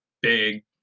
big